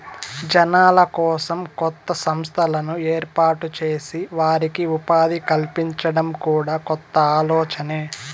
జనాల కోసం కొత్త సంస్థను ఏర్పాటు చేసి వారికి ఉపాధి కల్పించడం కూడా కొత్త ఆలోచనే